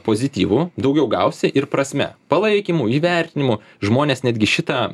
pozityvu daugiau gausi ir prasme palaikymu įvertinimu žmonės netgi šitą